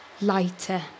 lighter